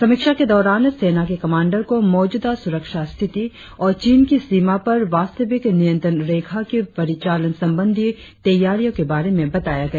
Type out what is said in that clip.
समीक्षा के दौरान सेना के कमांडर को मौजूदा सुरक्षा स्थिति और चीन की सीमा पर वास्तविक नियंत्रण रेखा की परिचालन संबंधी तैयारियों के बारे में बताया गया